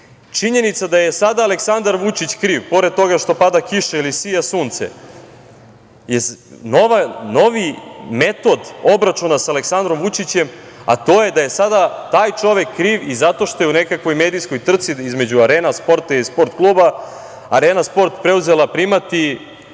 Činjenica da je sada Aleksandar Vučić kriv, pored toga što pada kiša ili sija Sunce, je novi metod obračuna sa Aleksandrom Vučićem, a to je da je sada taj čovek kriv i zato što je u nekakvoj medijskoj trci između „Arena sporta“ i „Sport kluba“ „Arena sport“ preuzela primat